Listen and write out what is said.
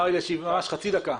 מר אלישיב, חצי דקה.